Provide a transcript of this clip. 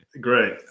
Great